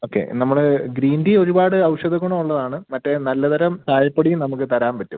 okay നമ്മൾ green tea ഒരുപാട് ഔഷധഗുണം ഉള്ളതാണ് മറ്റേ നല്ലതരം ചായപ്പൊടിയും നമുക്ക് തരാൻ പറ്റും